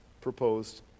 proposed